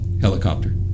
helicopter